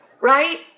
Right